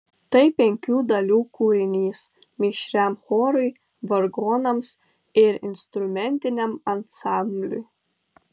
tai penkių dalių kūrinys mišriam chorui vargonams ir instrumentiniam ansambliui